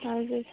हजुर